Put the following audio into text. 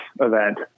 event